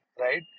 right